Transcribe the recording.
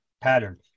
pattern